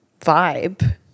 vibe